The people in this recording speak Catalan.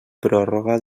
pròrroga